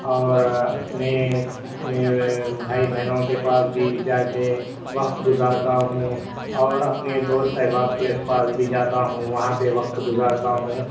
اور میں بھائی بہنوں کے پاس بھی جا کے وقت گزارتا ہوں اور اپنے دوست احباب کے پاس بھی جاتا ہوں وہاں پے وقت گزارتا ہوں